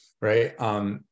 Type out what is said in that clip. right